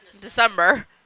December